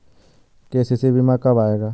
KCC बीमा कब आएगा?